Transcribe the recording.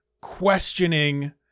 questioning